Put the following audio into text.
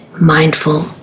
Mindful